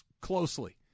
closely